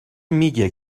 میگه